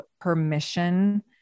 permission